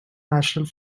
natural